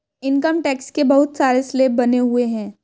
income tax के बहुत सारे स्लैब बने हुए हैं